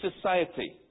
society